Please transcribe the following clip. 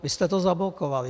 Vy jste to zablokovali.